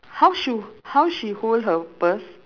how she how she hold her purse